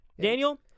Daniel